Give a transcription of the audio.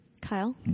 Kyle